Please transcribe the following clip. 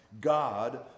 God